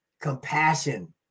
compassion